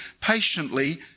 patiently